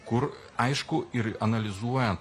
kur aišku ir analizuojant